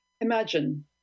Imagine